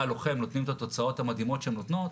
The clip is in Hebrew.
הלוחם נותנים את התוצאות המדהימות שהן נותנות,